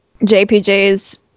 JPJ's